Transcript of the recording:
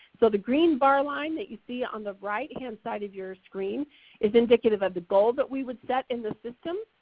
so the green bar line that you see on the right hand side of your screen is indicative of the goal that we would set in the system.